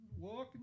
Walking